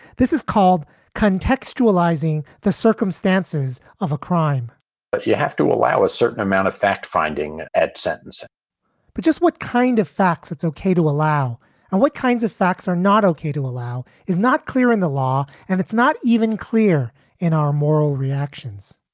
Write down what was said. this is called contextualising the circumstances of a crime but you have to allow a certain amount of factfinding at sentence but just what kind of facts it's okay to allow and what kinds of facts are not okay to allow is not clear in the law and it's not even clear in our moral reactions